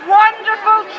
wonderful